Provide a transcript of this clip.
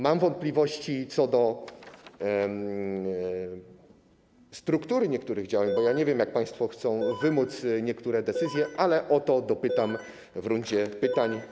Mam wątpliwości, co do struktury niektórych działań, bo nie wiem, jak państwo chcą wymóc niektóre decyzje, ale o to dopytam w rundzie pytań.